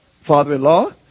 father-in-law